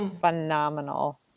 phenomenal